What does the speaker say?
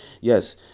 yes